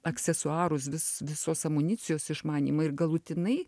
aksesuarus vis visos amunicijos išmanymą ir galutinai